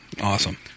Awesome